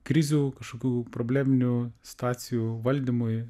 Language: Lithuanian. krizių kažkokių probleminių situacijų valdymui